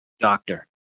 doctor